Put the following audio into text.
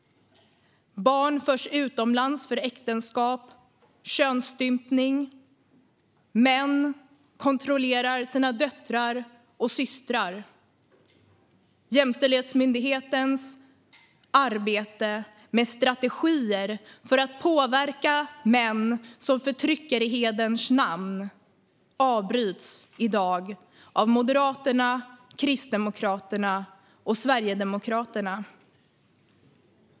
Barn förs utomlands för äktenskap och könsstympning. Män kontrollerar sina döttrar och systrar. Jämställdhetsmyndighetens arbete med strategier för att påverka män som förtrycker i hederns namn avbryts i dag av Moderaterna, Kristdemokraterna och Sverigedemokraterna.